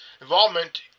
involvement